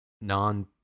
non